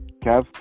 kev